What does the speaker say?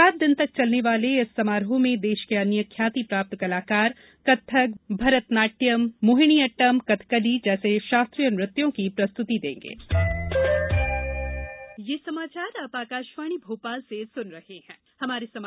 सात दिन तक चलने वाले इस समारोह में देश के अन्य ख्याति प्राप्त कलाकार कत्थक नाटयम मोहिनी अटट्म कथकली जैसे शास्त्रीय नृत्यों की प्रस्तुति देंगे